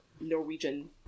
Norwegian